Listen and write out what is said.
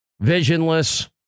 Visionless